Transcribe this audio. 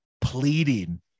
pleading